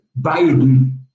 Biden